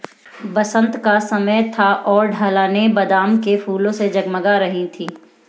बसंत का समय था और ढलानें बादाम के फूलों से जगमगा रही थीं